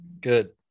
Good